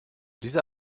dieser